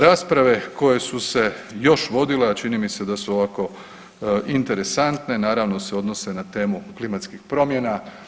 Rasprave koje su se još vodile, a čini mi se da su ovako interesantne naravno se odnose na temu klimatskih promjena.